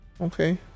Okay